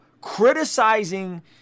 criticizing